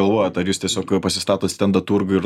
galvojot ar jūs tiesiog pasistatot stendą turguj ir